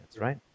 right